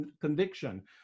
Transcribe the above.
conviction